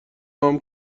عام